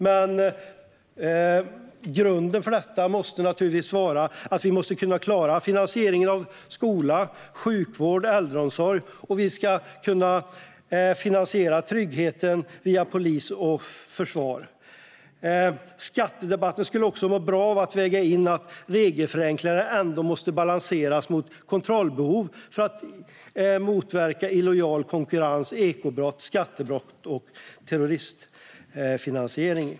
Men grunden för detta måste naturligtvis vara att vi måste kunna klara finansieringen av skola, sjukvård och äldreomsorg, och vi ska kunna finansiera tryggheten via polis och försvar. Skattedebatten skulle också må bra av att det vägdes in att regelförenklingar ändå måste balanseras mot kontrollbehov för att motverka illojal konkurrens, ekobrott, skattebrott och terroristfinansiering.